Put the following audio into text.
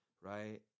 Right